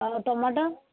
ଆଉ ଟମାଟ